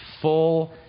full